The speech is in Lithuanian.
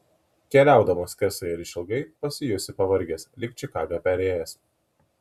keliaudamas skersai ir išilgai pasijusi pavargęs lyg čikagą perėjęs